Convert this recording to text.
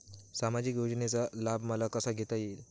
सामाजिक योजनेचा लाभ मला कसा घेता येईल?